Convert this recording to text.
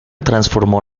transformó